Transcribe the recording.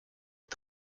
est